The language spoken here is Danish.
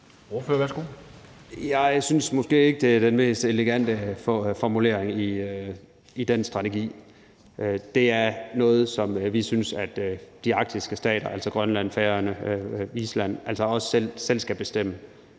Jeg synes måske ikke, det er den mest elegante formulering i den strategi. Det er også noget, som vi synes at de arktiske stater, altså Grønland, Færøerne og Island, selv skal bestemme.